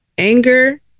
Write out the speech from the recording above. Anger